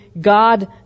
God